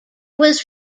was